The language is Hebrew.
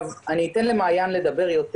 אני אתן למעיין לדבר יותר.